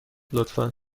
لطفا